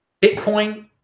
Bitcoin